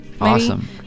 Awesome